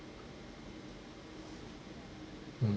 mm